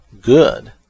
good